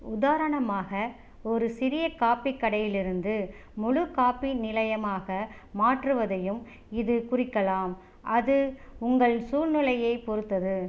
உதாரணமாக ஒரு சிறிய காப்பிக் கடையிலிருந்து முழு காப்பி நிலையமாக மாற்றுவதையும் இது குறிக்கலாம் அது உங்கள் சூழ்நிலையைப் பொறுத்தது